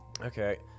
Okay